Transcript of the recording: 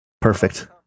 Perfect